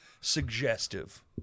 suggestive